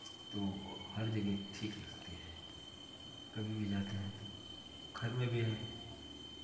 तो हर जगह ठीक लगते हैं कभी भी जाते हैं तो घर में भी है